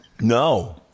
No